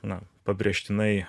na pabrėžtinai